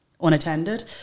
unattended